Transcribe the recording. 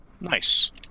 Nice